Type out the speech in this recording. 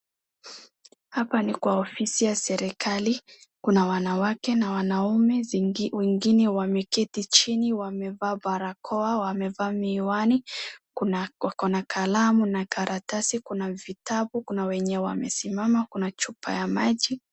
Hapa ni kwa ofisi ya serikali. Kuna wanawake na wanaume, zingine wengine wameketi chini wamevaa barakoa, wamevaa miwani, kuna wakona kalamu na karatasi, kuna vitabu, kuna wenye wamesimama, kuna chupa ya maji.